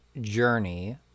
Journey